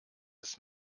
des